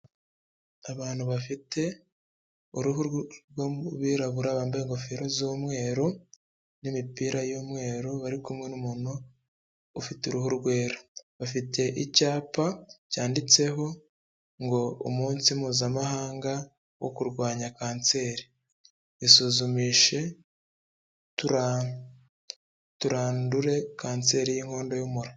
Abantu bafite uruhu rw'abirarabura bambaye ingofero z'umweru n'imipira y'umweru bari kumwe n'umuntu ufite uruhu rwera, bafite icyapa cyanditseho ngo umunsi mpuzamahanga wo kurwanya kanseri. Isuzumishe turandure kanseri y'inkondo y'umura.